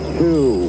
two